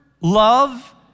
love